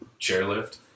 chairlift